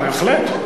בהחלט.